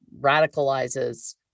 radicalizes